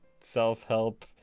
self-help